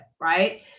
Right